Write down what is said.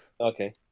Okay